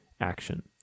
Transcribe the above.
action